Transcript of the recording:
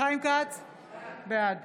בעד